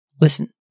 listen